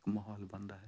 ਮਾਹੌਲ ਬਣਦਾ ਹੈ